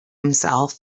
himself